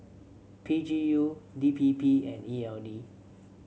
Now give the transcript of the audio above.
P G U D P P and E L D